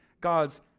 God's